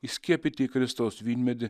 įskiepyti į kristaus vynmedį